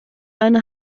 eine